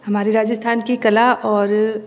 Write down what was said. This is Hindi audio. हमारे राजस्थान की कला और